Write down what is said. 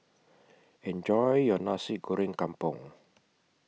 Enjoy your Nasi Goreng Kampung